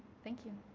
thank you.